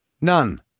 None